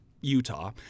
Utah